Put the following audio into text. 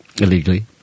illegally